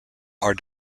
are